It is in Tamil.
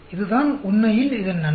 இதுதான் உண்மையில் இதன் நன்மை